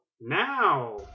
Now